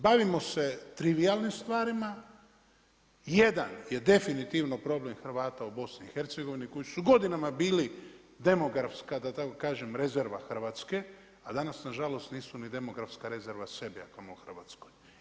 Bavimo se trivijalnim stvarima, jedan je definitivno problem Hrvata u BIH koji su godinama bili demografska da tako kažem rezerva Hrvatske, a danas, nažalost, nisu ni demografska rezerva sebi a kamo li u Hrvatskoj.